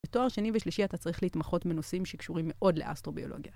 בתואר שני ושלישי אתה צריך להתמחות בנושאים שקשורים מאוד לאסטרוביולוגיה.